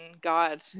God